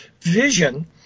vision